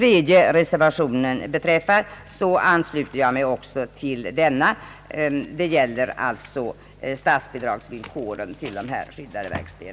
Vad reservation III beträffar ansluter jag mig också till denna. Den gäller som bekant villkoren för statsbidrag till skyddade verkstäder.